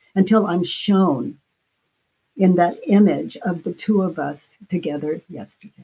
until i'm shown in that image of the two of us together yesterday.